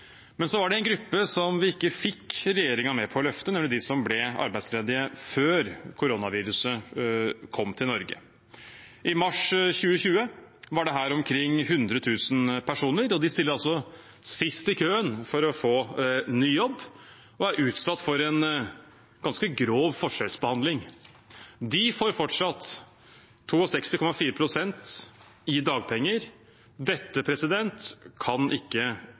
var en gruppe vi ikke fikk regjeringen med på å løfte, nemlig de som ble arbeidsledige før koronaviruset kom til Norge. I mars 2020 var det omkring 100 000 personer, og de stiller altså sist i køen for å få ny jobb og er utsatt for en ganske grov forskjellsbehandling. De får fortsatt 62,4 pst. i dagpenger. Dette kan ikke